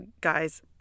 guys